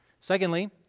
Secondly